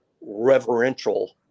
reverential